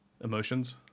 emotions